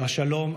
השלום,